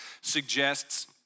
suggests